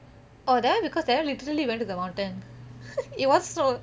oh that [one] because that one literally went to the mountain it was so